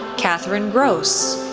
katherine gross,